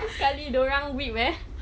sekali dia orang weeb eh